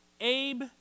Abe